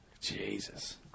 Jesus